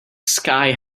sky